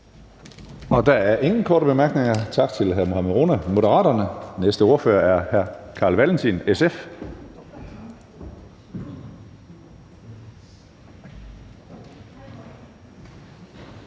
Der er ingen korte bemærkninger. Tak til hr. Mohammad Rona, Moderaterne. Den næste ordfører er hr. Carl Valentin, SF.